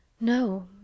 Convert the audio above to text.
No